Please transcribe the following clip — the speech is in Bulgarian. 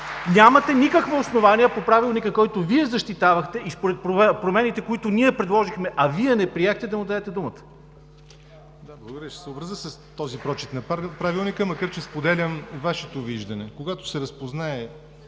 нямате никакво основание по Правилника, който Вие защитавахте, и според промените, които ние предложихме, а Вие не приехте, да му дадете думата. ПРЕДСЕДАТЕЛ ЯВОР НОТЕВ: Да, благодаря Ви. Ще се съобразя с този прочит на Правилника, макар че споделям Вашето виждане – когато се разпознае